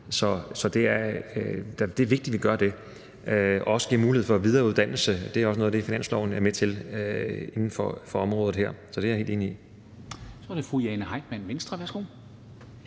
så det er vigtigt, at vi gør det, og at vi også giver mulighed for videreuddannelse, og det er også noget af det, finansloven er med til inden for området her. Så det er jeg helt enig i. Kl. 12:25 Formanden (Henrik